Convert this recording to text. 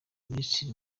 minisitiri